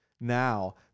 Now